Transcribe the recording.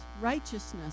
righteousness